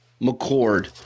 McCord